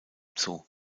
zoo